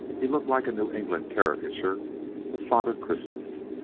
he looked like a new england caricature of father christmas.